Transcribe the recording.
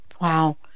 Wow